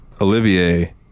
Olivier